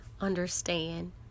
Understand